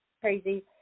crazy